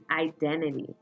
identity